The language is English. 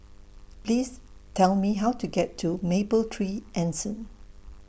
Please Tell Me How to get to Mapletree Anson